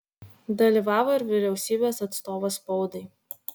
dalyvavo ir vyriausybės atstovas spaudai